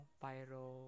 pyro